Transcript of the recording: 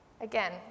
Again